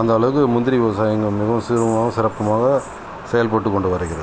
அந்தளவுக்கு முந்திரி விவசாயம் இங்கே மிகவும் சீருமாகவும் சிறப்புமாக செயல்பட்டு கொண்டு வருகிறது